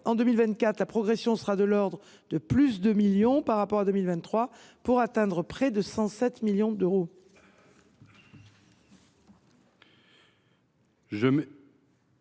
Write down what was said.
En 2024, la progression sera de l’ordre de +2 millions par rapport à 2023 pour atteindre près de 107 millions d’euros.